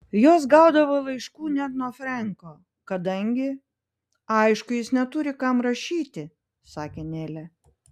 jos gaudavo laiškų net nuo frenko kadangi aišku jis neturi kam rašyti sakė nelė